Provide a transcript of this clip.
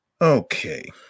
Okay